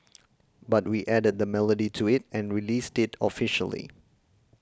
but we added the melody to it and released it officially